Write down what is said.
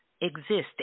exist